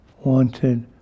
wanted